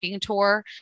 tour